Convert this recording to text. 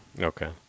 Okay